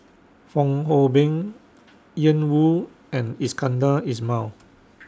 Fong Hoe Beng Ian Woo and Iskandar Ismail